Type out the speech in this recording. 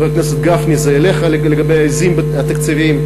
חבר הכנסת גפני, זה אליך לגבי העזים התקציביות,